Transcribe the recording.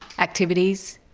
activities.